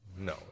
No